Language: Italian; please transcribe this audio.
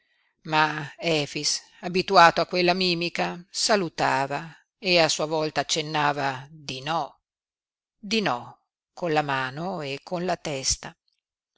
ma efix abituato a quella mimica salutava e a sua volta accennava di no di no con la mano e con la testa